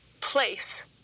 place